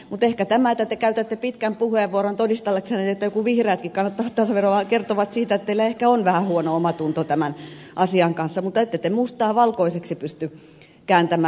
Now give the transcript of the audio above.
ehkä tämä että te käytätte pitkän puheenvuoron todistellaksenne että jotkut vihreätkin kannattavat tasaveroa kertoo siitä että teillä ehkä on vähän huono omatunto tämän asian kanssa mutta ette te mustaa valkoiseksi pysty kääntämään